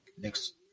next